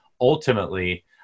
ultimately